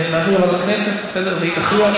נעביר לוועדת הכנסת, והיא תכריע.